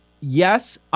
Yes